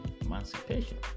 emancipation